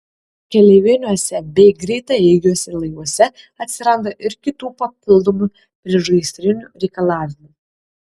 keleiviniuose bei greitaeigiuose laivuose atsiranda ir kitų papildomų priešgaisrinių reikalavimų